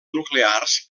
nuclears